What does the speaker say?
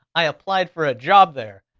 i applied for a job there,